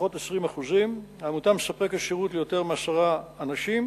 לפחות 20%; העמותה מספקת שירות ליותר מעשרה אנשים,